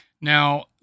Now